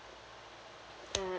uh